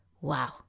wow